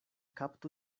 kaptu